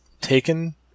taken